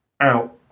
out